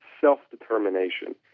self-determination